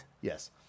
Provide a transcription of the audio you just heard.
Yes